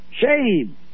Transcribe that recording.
Shame